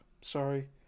sorry